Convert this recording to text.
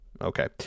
Okay